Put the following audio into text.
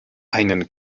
einen